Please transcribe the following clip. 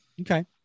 Okay